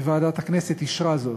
וועדת הכנסת אישרה זאת,